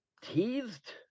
teased